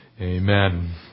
Amen